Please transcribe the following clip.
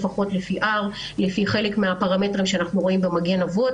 לפחות לפי חלק מהפרמטרים שאנחנו רואים במגן אבות.